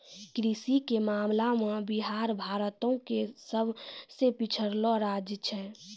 कृषि के मामला मे बिहार भारतो के सभ से पिछड़लो राज्य छै